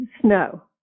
snow